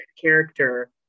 character